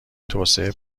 توسعه